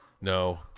no